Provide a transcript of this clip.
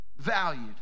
valued